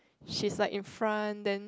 she's like in front then